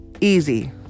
Easy